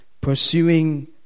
pursuing